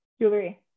Jewelry